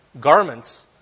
garments